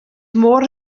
mor